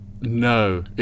No